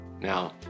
Now